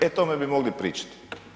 E o tome bi mogli pričat.